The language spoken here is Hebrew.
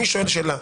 אני שואל שאלה: